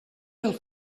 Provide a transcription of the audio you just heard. del